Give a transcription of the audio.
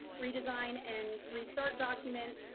redesign and restart document,